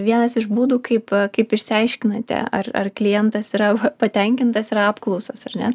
vienas iš būdų kaip kaip išsiaiškinate ar ar klientas yra patenkintas yra apklausos ar ne